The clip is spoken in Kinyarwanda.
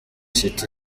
city